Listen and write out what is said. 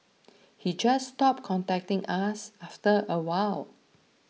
he just stopped contacting us after a while